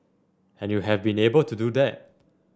and you have been able to do that